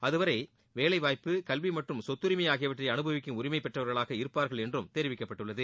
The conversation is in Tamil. அதுவரை வேலைவாய்ப்பு கல்வி மற்றம் சொத்தரிமை ஆகியவற்றை அனுபவிக்கும் உரிமை பெற்றவர்களாக இருப்பார்கள் என்றும் தெரிவிக்கப்பட்டுள்ளது